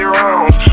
rounds